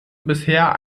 bisher